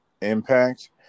impact